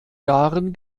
jahren